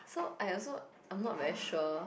so I also I'm not very sure